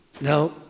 Now